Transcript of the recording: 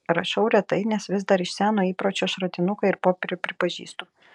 rašau retai nes vis dar iš seno įpročio šratinuką ir popierių pripažįstu